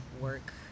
work